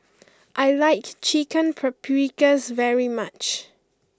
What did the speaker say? I like Chicken Paprikas very much